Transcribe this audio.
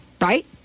right